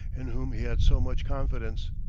in whom he had so much confidence,